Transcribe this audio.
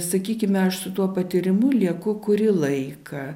sakykime aš su tuo patyrimu lieku kurį laiką